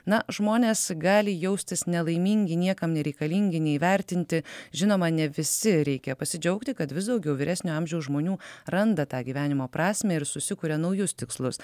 na žmonės gali jaustis nelaimingi niekam nereikalingi neįvertinti žinoma ne visi reikia pasidžiaugti kad vis daugiau vyresnio amžiaus žmonių randa tą gyvenimo prasmę ir susikuria naujus tikslus